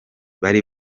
bari